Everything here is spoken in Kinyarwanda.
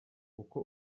uko